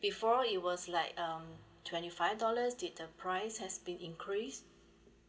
before it was like um twenty five dollars did the price has been increased